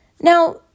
Now